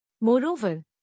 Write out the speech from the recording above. Moreover